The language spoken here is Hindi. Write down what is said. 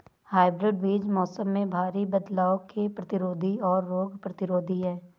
हाइब्रिड बीज मौसम में भारी बदलाव के प्रतिरोधी और रोग प्रतिरोधी हैं